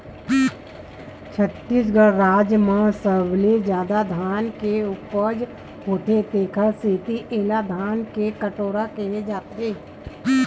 छत्तीसगढ़ राज म सबले जादा धान के उपज होथे तेखर सेती एला धान के कटोरा केहे जाथे